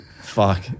Fuck